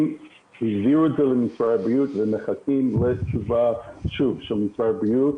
העבירו את זה למשרד הבריאות ומחכים לתשובת משרד הבריאות.